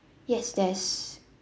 yes there's